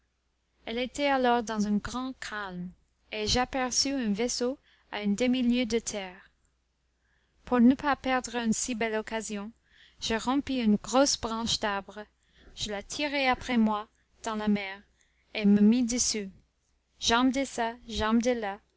elle était alors dans un grand calme et j'aperçus un vaisseau à une demi-lieue de terre pour ne pas perdre une si belle occasion je rompis une grosse branche d'arbre je la tirai après moi dans la mer et me mis dessus jambe